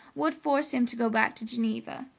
would force him to go back to geneva.